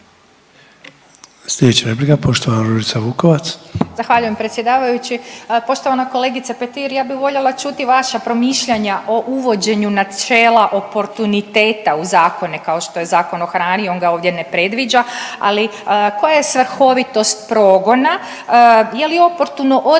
Ružica Vukovac. **Vukovac, Ružica (Nezavisni)** Zahvaljujem predsjedavajući. Poštovana kolegice Petir ja bi voljela čuti vaša promišljanja o uvođenju načela oportuniteta u zakone kao što je Zakon o hrani. On ga ovdje ne predviđa, ali koja je svrhovitost progona, je li oportuno odmah